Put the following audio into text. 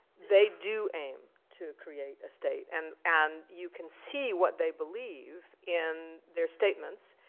they do aim to create a state. and and you can see what they believe in their statements.